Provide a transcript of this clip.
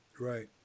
Right